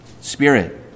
spirit